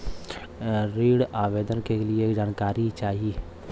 ऋण आवेदन के लिए जानकारी चाही?